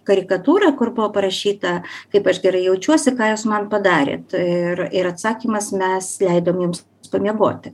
karikatūra kur buvo parašyta kaip aš gerai jaučiuosi ką jūs man padarėt ir ir atsakymas mes leidom jums pamiegoti